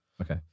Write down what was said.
Okay